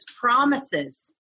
promises